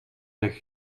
zich